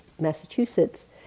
Massachusetts